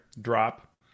drop